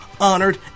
honored